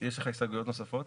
יש לך הסתייגויות נוספות?